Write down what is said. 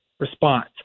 response